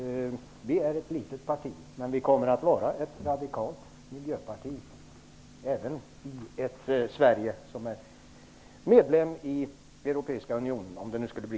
Vi är ett litet parti, men vi kommer att vara ett radikalt miljöparti -- även i ett Sverige som är medlem i Europeiska unionen, om det blir så.